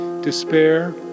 despair